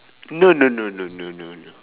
no no no no no no no